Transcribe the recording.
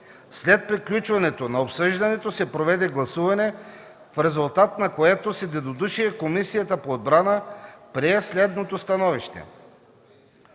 След приключване на обсъждането се проведе гласуване, в резултат на което с единодушие Комисията по отбрана прие следното становище: